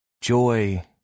joy